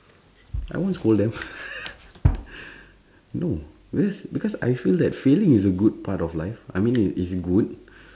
I won't scold them no whereas because I feel that failing is a good part of life I mean it it's good